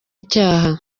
icyaha